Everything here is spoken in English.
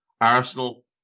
Arsenal